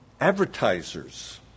Advertisers